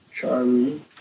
Charlie